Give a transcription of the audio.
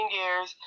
years